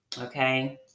okay